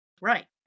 right